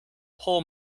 pull